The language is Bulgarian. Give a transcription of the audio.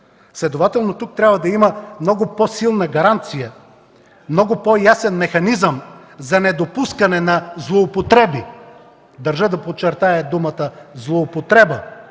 Следователно тук трябва да има много по-силна гаранция, много по-ясен механизъм за недопускане на злоупотреби – държа да подчертая думата „злоупотреба”